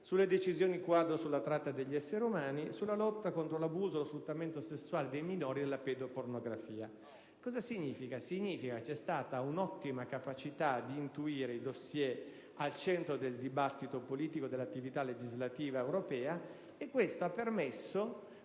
sulle decisioni quadro sulla tratta degli esseri umani e sulla lotta contro l'abuso e lo sfruttamento sessuale dei minori e la pedopornografia. Ciò significa che si è mostrata un'ottima capacità di intuire i *dossier* al centro del dibattito politico dell'attività legislativa europea e ciò ha permesso,